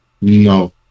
No